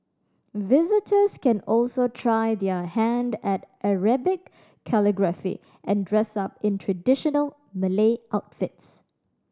visitors can also try their hand at Arabic calligraphy and dress up in traditional Malay outfits